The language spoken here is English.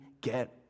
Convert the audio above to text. get